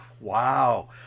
wow